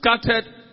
scattered